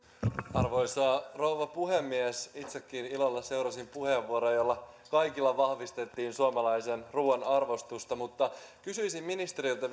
arvoisa rouva puhemies itsekin ilolla seurasin puheenvuoroja joilla kaikilla vahvistettiin suomalaisen ruuan arvostusta kysyisin ministeriltä